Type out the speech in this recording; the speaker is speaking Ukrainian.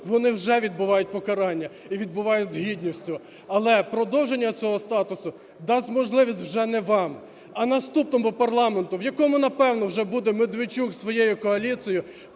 Вони вже відбувають покарання і відбувають з гідністю. Але продовження цього статусу дасть можливість вже не вам, а наступному парламенту, в якому, напевно, вже буде Медведчук із своєю коаліцією,